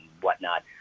whatnot